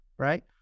Right